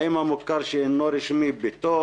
האם המוכר שאינו רשמי בתוך.